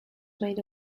made